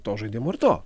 to žaidimo ir to